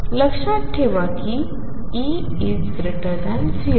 लक्षात ठेवा की E 0